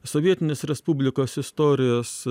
sovietinės respublikos istorijos